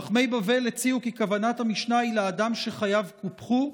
חכמי בבל הציעו כי כוונת המשנה היא לאדם שחייו קופחו,